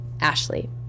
Ashley